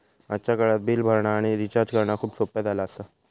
आजच्या काळात बिल भरणा आणि रिचार्ज करणा खूप सोप्प्या झाला आसा